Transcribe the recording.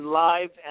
live